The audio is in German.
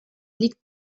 liegt